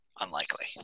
unlikely